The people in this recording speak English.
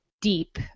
deep